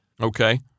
Okay